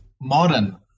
modern